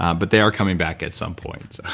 um but they are coming back at some point